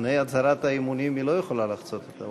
בהתאם לסעיף 15,